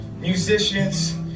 musicians